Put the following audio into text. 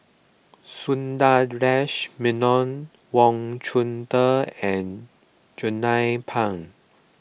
Sundaresh Menon Wang Chunde and Jernnine Pang